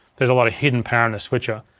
there's a lot of hidden power in this switcher.